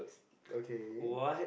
okay